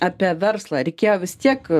apie verslą reikėjo vis tiek